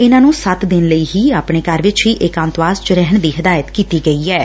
ਇਨਾਂ ਨੰ ਸੱਤ ਦਿਨ ਲਈ ਹੀ ਆਪਣੇ ਘਰ ਵਿਚ ਹੀ ਏਕਾਤਵਾਸ ਵਿਚ ਰਹਿਣ ਹਦਾਇਤ ਕੀਤੀ ਗਈ ਐਂ